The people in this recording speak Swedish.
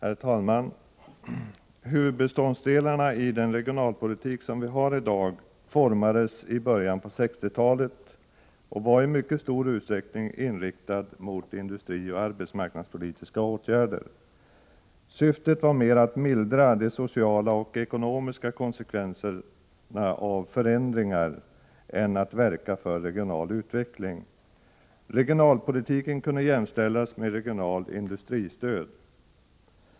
Herr talman! Huvudbeståndsdelarna i den regionalpolitik som vi har i dag formades i början av 1960-talet. Regionalpolitiken var då i mycket stor utsträckning inriktad mot industrioch arbetsmarknadspolitiska åtgärder. Syftet var mera att mildra de sociala och ekonomiska konsekvenserna av förändringar än att verka för regional utveckling. Regionalpolitiken kunde jämställas med regionalt industristöd.